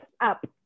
up